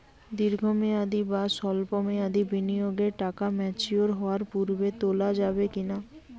দীর্ঘ মেয়াদি বা সল্প মেয়াদি বিনিয়োগের টাকা ম্যাচিওর হওয়ার পূর্বে তোলা যাবে কি না?